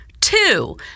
Two